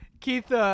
Keith